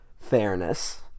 fairness